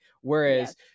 Whereas